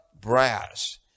brass